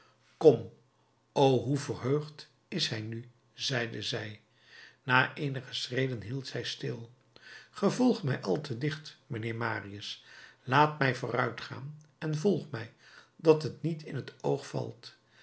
kom o hoe verheugd is hij nu zeide zij na eenige schreden hield zij stil ge volgt mij al te dicht mijnheer marius laat mij vooruit gaan en volg mij dat het niet in t oog valt